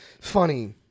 funny